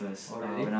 oh really